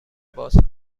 باز